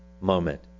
moment